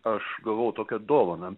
aš gavau tokią dovaną